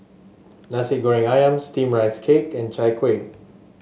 Nasi Goreng ayam steamed Rice Cake and Chai Kuih